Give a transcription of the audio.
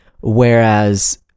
Whereas